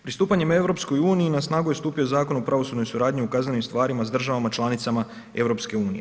Pristupanjem EU na snagu je stupio Zakon o pravosudnoj suradnji u kaznenim stvarima s državama članicama EU.